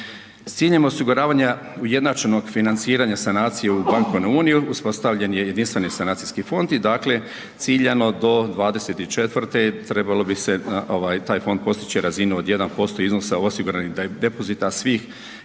ciljem osiguravanja ujednačenog financiranja sanacije u Bankovnu uniju, uspostavljen je Jedinstveni sanacijski fond i dakle, ciljano do 24. trebalo bi se taj fond postići razinu od 1% iznosa u osiguranih depozita svih